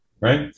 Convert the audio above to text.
right